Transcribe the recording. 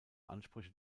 ansprüche